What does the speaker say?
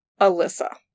Alyssa